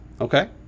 Okay